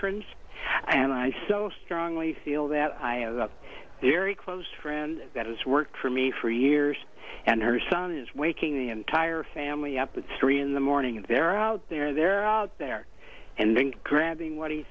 trends and i so strongly feel that i have a very close friend that has worked for me for years and her son is waking the entire family up with three in the morning and they're out there they're out there and grabbing what he